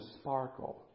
sparkle